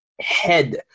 head